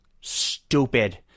stupid